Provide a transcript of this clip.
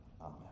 Amen